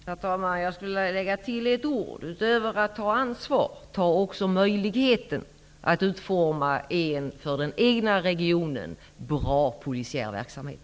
Herr talman! Jag skulle vilja lägga till ett ord. Jag talade i mitt förra inlägg om att länen får ta ett ansvar, men de bör också ta till vara möjligheten att utforma en för den egna regionen bra polisiär verksamhet.